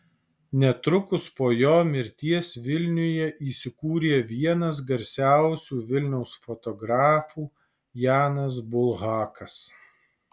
netrukus po jo mirties vilniuje įsikūrė vienas garsiausių vilniaus fotografų janas bulhakas